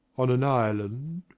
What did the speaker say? on an island